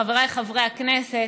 חבריי חברי הכנסת,